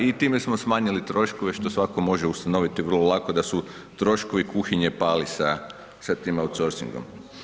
I time smo smanjili troškove što svatko može ustanoviti vrlo lako da su troškovi kuhinje pali sa tim outsorcingom.